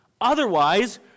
Otherwise